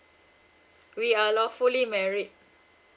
we are lawfully married